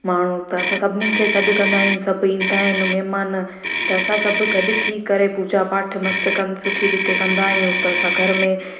माण्हू त असां सभिनीनि खे सॾु कंदा आहियूं सभ ईंदा आहिनि महिमान त असां सभु गॾ थी करे पूजा पाठ मस्तु कनि सुठी रीति हिते कंदा आहियूं त घर में